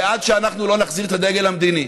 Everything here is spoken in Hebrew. ועד שאנחנו לא נחזיר את הדגל המדיני,